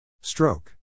Stroke